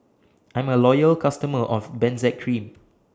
I'm A Loyal customer of Benzac Cream